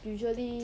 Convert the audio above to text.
usually